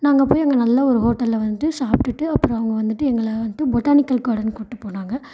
நாங்கள் போய் அங்கே நல்ல ஒரு ஹோட்டல்ல வந்துட்டு சாப்பிட்டுட்டு அப்புறம் அவங்க வந்துட்டு எங்களை வந்துட்டு பொட்டானிக்கல் கார்டன் கூட்டு போனாங்க